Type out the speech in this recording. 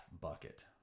bucket